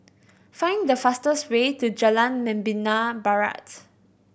find the fastest way to Jalan Membina Barat